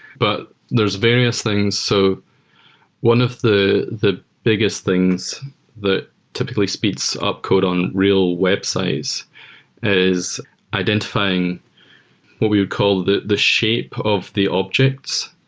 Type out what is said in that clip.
but there're various things. so one of the the biggest things that typically speeds up code on real websites is identifying what we would call the the shape of the objects.